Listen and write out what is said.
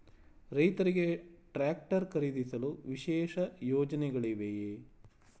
ರೈತರಿಗೆ ಟ್ರಾಕ್ಟರ್ ಖರೀದಿಸಲು ವಿಶೇಷ ಯೋಜನೆಗಳಿವೆಯೇ?